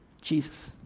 jesus